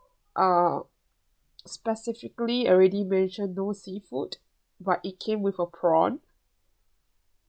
uh specifically already mentioned no seafood but it came with a prawn